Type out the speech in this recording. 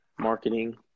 Marketing